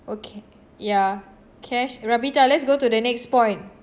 okay ya K yes ravita let's go to the next point